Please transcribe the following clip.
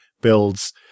builds